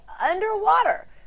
underwater